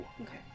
Okay